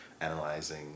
analyzing